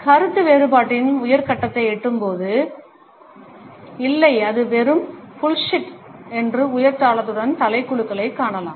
கருத்து வேறுபாட்டின் உயர் கட்டத்தை எட்டும்போது இல்லை அது வெறும் புல்ஷிட் என்று உயர் தாளத்துடன் தலை குலுக்கலைக் காணலாம்